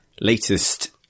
latest